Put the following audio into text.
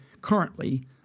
currently